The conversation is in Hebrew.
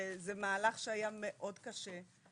וזה מהלך שהיה מאוד קשה.